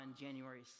January